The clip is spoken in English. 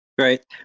Great